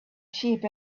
sheep